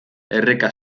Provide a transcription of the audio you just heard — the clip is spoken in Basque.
erreka